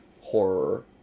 horror